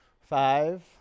Five